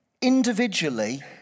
individually